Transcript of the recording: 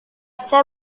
saya